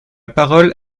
parole